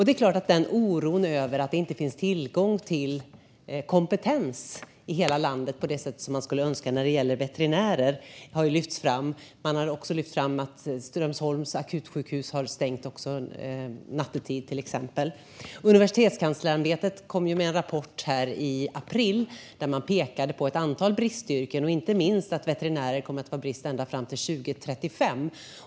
Det är klart att man har lyft fram oron över att det inte finns tillgång till veterinärkompetens i hela landet på det sätt som man skulle önska. Man har också till exempel lyft fram att Strömsholms akutsjukhus har stängt nattetid. Universitetskanslersämbetet kom i april med en rapport där man pekade på ett antal bristyrken. Inte minst kommer det att råda brist på veterinärer ända fram till 2035.